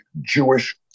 Jewish